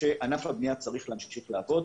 שענף הבנייה צריך להמשיך לעבוד,